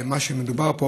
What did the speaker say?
למה שמדובר פה,